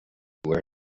where